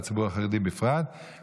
והציבור החרדי בפרט,